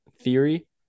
theory